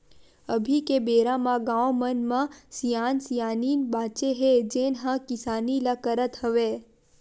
अभी के बेरा म गाँव मन म सियान सियनहिन बाचे हे जेन ह किसानी ल करत हवय